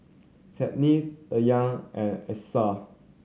Senin Dayang and Alyssa